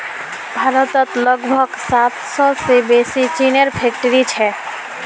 भारतत लगभग सात सौ से बेसि चीनीर फैक्ट्रि छे